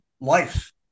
life